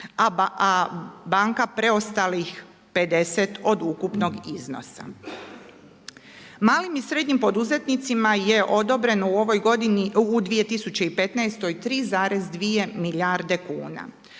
a banka preostalih 50 od ukupnog iznosa. Malim i srednjim poduzetnicima je odobreno u ovoj godini, u 2015. 3,2 milijarde kuna.